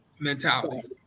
Mentality